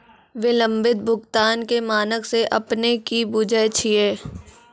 विलंबित भुगतान के मानक से अपने कि बुझै छिए?